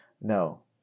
no